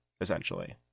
essentially